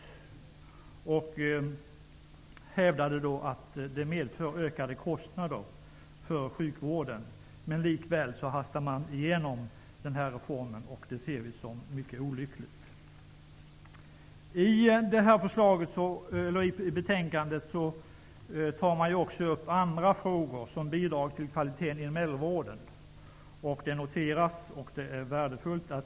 Socialstyrelsen hävdade att förslaget medför ökade kostnader för sjukvården, men likväl hastas reformen igenom. Det ser vi socialdemokrater som mycket olyckligt. I betänkandet tas även andra frågor upp, exempelvis bidrag till kvaliteten inom äldrevården. Det noterar vi. Vi tycker att det är värdefullt.